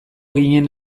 ginen